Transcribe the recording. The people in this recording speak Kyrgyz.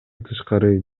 тышкары